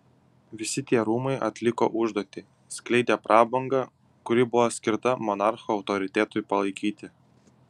visi tie rūmai atliko užduotį skleidė prabangą kuri buvo skirta monarcho autoritetui palaikyti